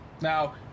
Now